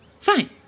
Fine